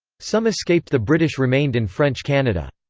some escaped the british remained in french canada.